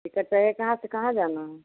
ticket है कहाँ से कहाँ जाना है